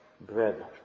bread